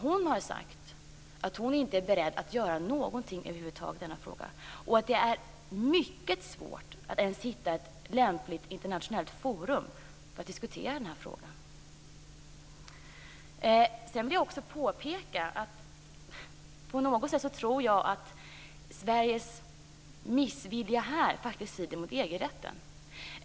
Hon har sagt att hon inte är beredd att göra någonting över huvud taget i frågan. Det är mycket svårt att ens hitta ett lämpligt internationellt forum för att diskutera den. Jag vill också påpeka att jag tror att Sveriges ovilja på detta område strider mot EG-rätten.